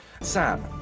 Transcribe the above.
Sam